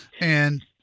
And-